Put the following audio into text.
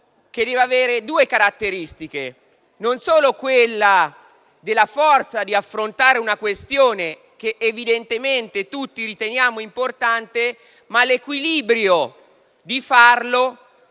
che deve avere due caratteristiche: non solo la forza di affrontare una questione, che evidentemente tutti riteniamo importante, ma anche l'equilibrio di farlo,